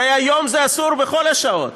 הרי היום זה אסור בכל השעות.